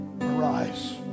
arise